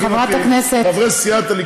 חברת הכנסת איילת נחמיאס ורבין,